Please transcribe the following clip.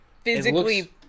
Physically